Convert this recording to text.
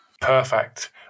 Perfect